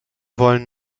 wollen